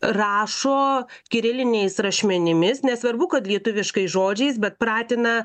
rašo kiriliniais rašmenimis nesvarbu kad lietuviškais žodžiais bet pratina